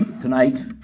tonight